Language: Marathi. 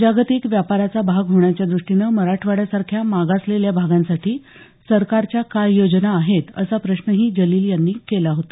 जागतिक व्यापाराचा भाग होण्याच्या दुष्टीनं मराठवाड्यासारख्या मागासलेल्या भागांसाठी सरकारच्या काय योजना आहेत असा प्रश्नही जलील यांनी केला होता